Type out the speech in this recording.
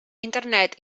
internet